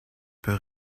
peut